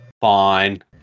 fine